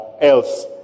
else